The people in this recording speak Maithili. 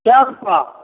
चारि सए